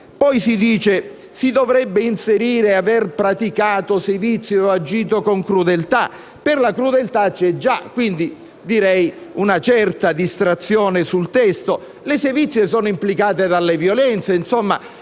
Poi si dice che si dovrebbe inserire «aver praticato sevizie» o «agito con crudeltà». La crudeltà c'è già, quindi direi che vi è una certa distrazione sul testo: le sevizie sono implicate dalle violenze